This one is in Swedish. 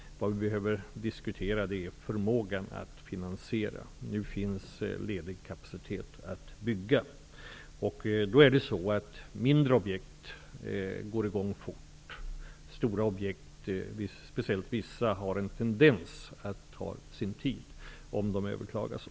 Vi måste diskutera förmågan att finansiera. Nu finns det ledig kapacitet för att bygga. Mindre objekt kan man sätta i gång snabbt. Stora objekt har en tendens att ta sin tid, t.ex. om de överklagas.